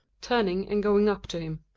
turning and going up to him.